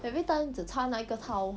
every time 只差那一个 tile